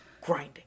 Grinding